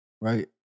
right